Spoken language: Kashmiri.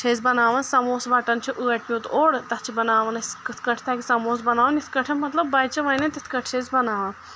چھِ أسۍ بَناوَان سَموس وَٹَان چھِ أٹۍ پیوٗت اوٚڑ تَتھ چھِ بَناوَان أسۍ کِتھ کٲنٛٹھۍ تَگہِ سَموس بَناوَان یِتھ کٲنٛٹھۍ مَطلَب بَچہِ وَنن تِتھ کٲنٛٹھۍ چھِ أسۍ بَناوان